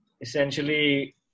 essentially